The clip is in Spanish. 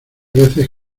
veces